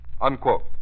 Unquote